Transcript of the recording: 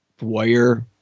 Wire